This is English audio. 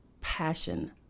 passion